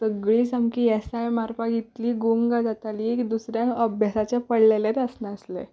सगलीं सामकी येसाय मारपाक इतलीं गुंग जातालीं की दुसऱ्यांक अभ्यासाचें पडिल्लेंच आसनाशिल्लें